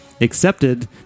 accepted